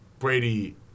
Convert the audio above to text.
Brady